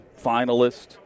finalist